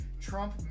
Trump